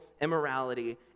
immorality